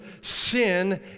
sin